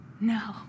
no